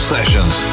Sessions